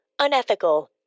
unethical